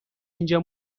اینجا